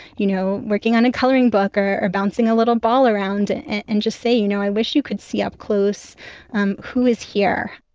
you know, working on a coloring book or bouncing a little ball around and just say, you know, i wish you could see up close um who is here